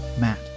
Matt